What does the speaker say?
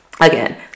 again